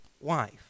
wife